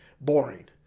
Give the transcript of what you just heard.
boring